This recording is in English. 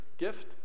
gift